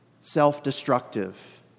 self-destructive